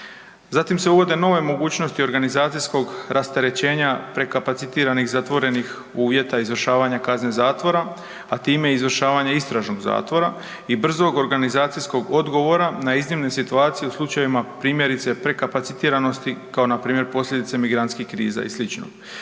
Zatim se uvode nove mogućnost organizacijskog rasterećenja prekapacitiranih zatvorenih uvjeta izvršavanja kazne zatvora, a time i izvršavanje istražnog zatvora i brzog organizacijskog odgovora na iznimne situacije u slučajevima, primjerice, prekapacitiranosti, kao npr. posljedice migrantskih kriza i sl.